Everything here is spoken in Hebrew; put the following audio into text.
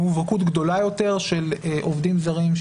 יש מובהקות גדולה יותר של עובדים זרים,